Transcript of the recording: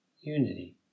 unity